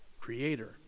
creator